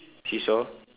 seesaw